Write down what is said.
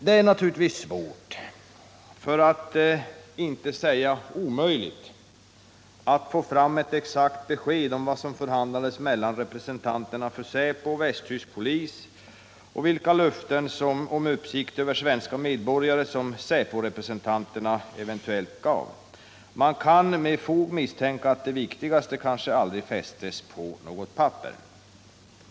Det är naturligtvis svårt, för att inte säga omöjligt, att få fram ett exakt besked om vad som förhandlades mellan representanterna för säpo och västtysk polis, och vilka löften om uppsikt över svenska medborgare som säpo-representanterna gav. Man kan med fog misstänka att det viktigaste kanske aldrig fästes på något papper.